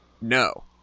No